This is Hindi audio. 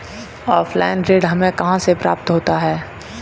ऑफलाइन ऋण हमें कहां से प्राप्त होता है?